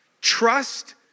Trust